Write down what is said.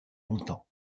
longtemps